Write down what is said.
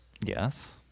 Yes